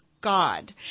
God